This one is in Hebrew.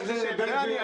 בן גביר,